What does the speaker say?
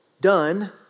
done